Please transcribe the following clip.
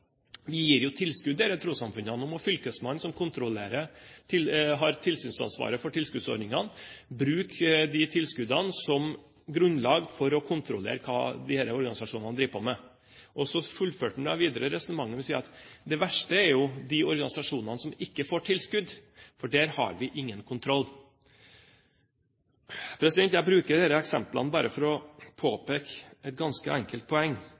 vi gir jo tilskudd til disse trossamfunnene. Nå må fylkesmannen, som har tilsynsansvaret for tilskuddsordningene, bruke de tilskuddene som grunnlag for å kontrollere hva disse organisasjonene driver på med. Så fullførte han resonnementet med å si at det verste er jo de organisasjonene som ikke får tilskudd, for der har vi ingen kontroll. Jeg bruker dette eksemplet bare for å påpeke et ganske enkelt poeng,